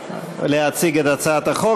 להציג את הצעת החוק.